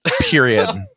Period